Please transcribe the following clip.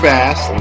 Fast